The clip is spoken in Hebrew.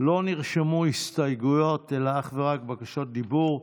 לא נרשמו הסתייגויות אלא אך ורק בקשות דיבור.